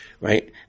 right